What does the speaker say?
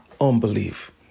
unbelief